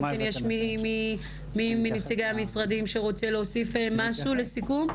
האם מי מנציגי המשרדים או הארגונים רוצה להוסיף משהו לסיכום?